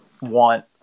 want